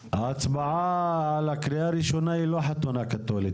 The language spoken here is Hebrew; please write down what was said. ההצבעה בקריאה ראשונה היא לא חתונה קתולית,